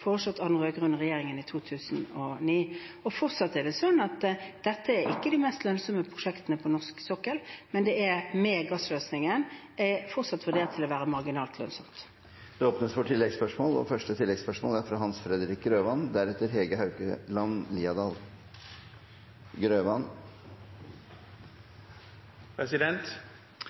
foreslått av den rød-grønne regjeringen i 2009. Fortsatt er det sånn at dette er ikke de mest lønnsomme prosjektene på norsk sokkel, men det er med gassløsningen fortsatt vurdert til å være marginalt lønnsomt. Det blir oppfølgingsspørsmål – først Hans Fredrik Grøvan. Mye er